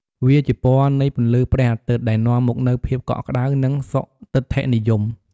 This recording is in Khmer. វាជាពណ៌នៃពន្លឺព្រះអាទិត្យ ដែលនាំមកនូវភាពកក់ក្តៅ និងសុទិដ្ឋិនិយម។